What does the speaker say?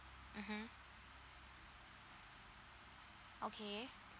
mmhmm okay